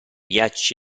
ghiacci